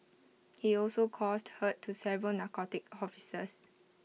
he also caused hurt to several narcotics officers